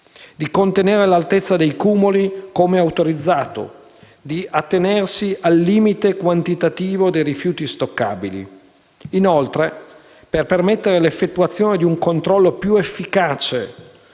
di contenere l'altezza dei cumuli come autorizzato; di attenersi al limite quantitativo dei rifiuti stoccabili. Inoltre, per permettere l'effettuazione di un controllo più efficace